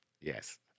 yes